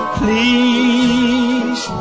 please